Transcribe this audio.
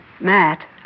Matt